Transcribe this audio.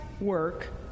work